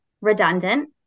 redundant